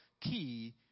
key